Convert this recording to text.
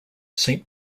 saint